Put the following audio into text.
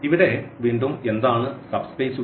ഇവിടെ വീണ്ടും എന്താണ് സബ് സ്പേസുകൾ